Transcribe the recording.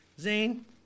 Zane